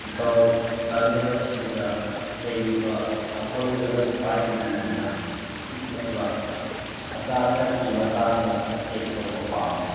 ꯏꯇꯥꯎ ꯆꯥꯟꯗꯦꯜ ꯑꯁꯤꯗ ꯂꯩꯔꯤꯕ ꯑꯀꯣꯏꯕꯗ ꯈ꯭ꯋꯥꯏꯗꯒꯤ ꯃꯤꯅ ꯁꯤꯠꯅꯕ ꯑꯆꯥ ꯑꯊꯛꯀꯤ ꯃꯇꯥꯡꯗ ꯆꯦꯛ ꯇꯧꯕ ꯄꯥꯝꯃꯤ